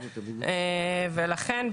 לכן,